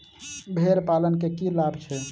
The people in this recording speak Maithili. भेड़ पालन केँ की लाभ छै?